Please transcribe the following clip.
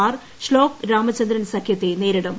R Shlok Ramachandran സഖ്യത്തെ നേരിടും